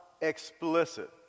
explicit